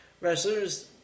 wrestlers